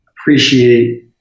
Appreciate